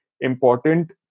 important